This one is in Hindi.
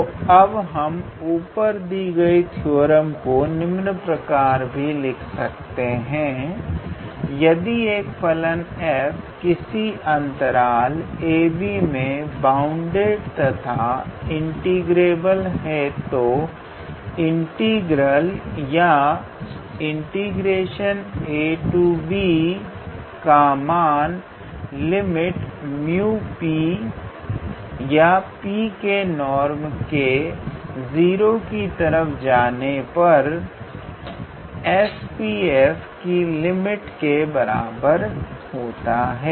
तो अब हम ऊपर दी गई थ्योरम को निम्न प्रकार भी लिख सकते हैं यदि एक फलन f किसी अंतराल ab मे बाउंडैड तथा इंटीग्रेबल है तो इंटीग्रल या का मान या P के नॉर्म के 0 की तरफ जाने पर S P f की लिमिट के बराबर होता है